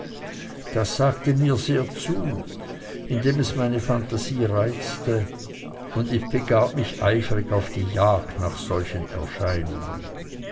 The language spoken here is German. das sagte mir sehr zu indem es meine phantasie reizte und ich begab mich eifrig auf die jagd nach solchen erscheinungen